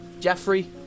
Jeffrey